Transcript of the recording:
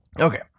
Okay